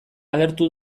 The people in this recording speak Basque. agertu